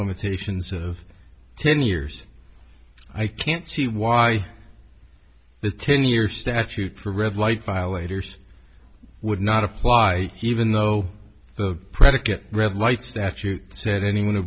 limitations of ten years i can't see why the ten year statute for red light file aiders would not apply even though the predicate red light statute said anyone